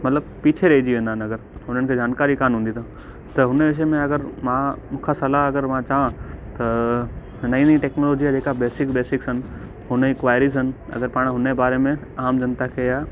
मतिलब पीछे रहिजी वेंदान अगरि हुननि खे जानकारी कोन्ह हूंदी त त हुन विषयु में अगरि मां मूं खां सलाहु अगरि मां चा त नई नई टैक्नोलॉजी आहे जेका बेसिक बेसिक सन हुन जी क्वारीज आहिनि अगरि पाण हुनजे बारे में आम जनता खे या